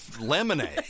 lemonade